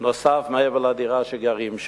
נוסף מעבר לדירה שבה הם גרים.